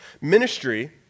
Ministry